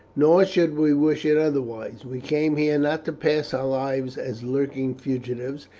nor should we wish it otherwise. we came here not to pass our lives as lurking fugitives,